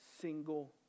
single